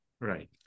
Right